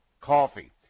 coffee